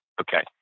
Okay